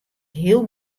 heel